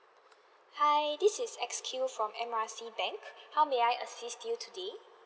hi this is X_Q from M R C bank how may I assist you today